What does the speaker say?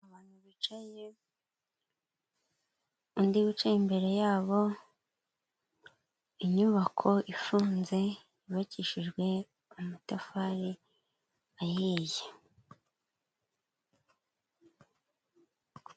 Abantu bicaye undi wicaye imbere yabo, inyubako ifunze yubakishijwe amatafari ahiye.